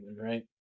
right